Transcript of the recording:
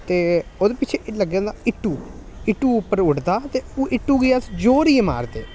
ते ओह्दे पिच्छें लग्गे दा होंदा इट्टू इट्टू उप्पर उड़दा ते ओह् इट्टू गी अस जोरियै मारदे